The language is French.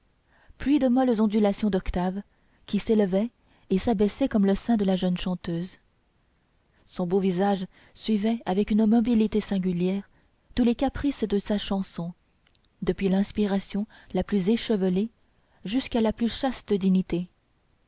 puis de molles ondulations d'octaves qui s'élevaient et s'abaissaient comme le sein de la jeune chanteuse son beau visage suivait avec une mobilité singulière tous les caprices de sa chanson depuis l'inspiration la plus échevelée jusqu'à la plus chaste dignité